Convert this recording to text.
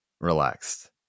Relaxed